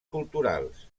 culturals